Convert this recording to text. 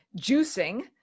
juicing